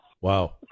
Wow